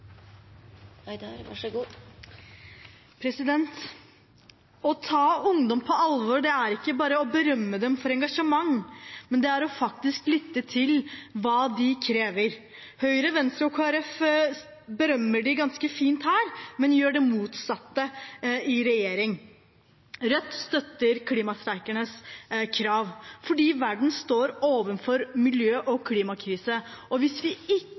ikke bare å berømme dem for engasjementet, men faktisk å lytte til hva de krever. Høyre, Venstre og Kristelig Folkeparti berømmer dem ganske fint her, men gjør det motsatte i regjering. Rødt støtter klimastreikernes krav fordi verden står overfor en miljø- og klimakrise, og hvis vi ikke endrer kurs nå, kommer Norge til å stå igjen som et land som i